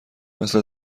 مثلا